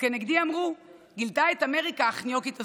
וכנגדי אמרו: גילתה את אמריקה, החניוקית הזאת,